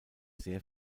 sehr